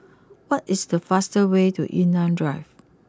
what is the fast way to Yunnan Drive